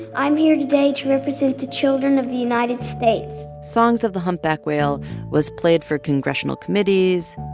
i'm here today to represent the children of the united states songs of the humpback whale was played for congressional committees,